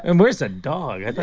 and where's the dog?